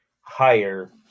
higher